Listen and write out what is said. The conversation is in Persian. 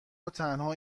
وتنها